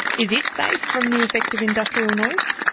is it safe from the effective industrial noise?